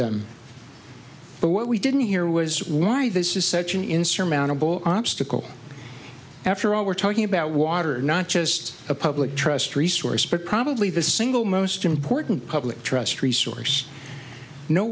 them but what we didn't hear was why this is such an insurmountable obstacle after all we're talking about water not just a public trust resource but probably the single most important public trust resource no